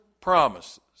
promises